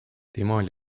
temal